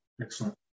excellent